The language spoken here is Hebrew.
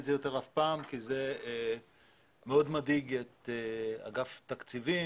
את זה כי זה מאוד מדאיג את אגף התקציבים.